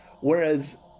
Whereas